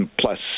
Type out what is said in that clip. plus